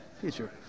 future